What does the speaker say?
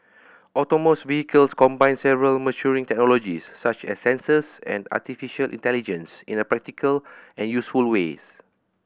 autonomous vehicles combine several maturing technologies such as sensors and artificial intelligence in a practical and useful ways